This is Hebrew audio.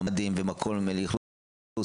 ממ"דים ומקום לאכלוס.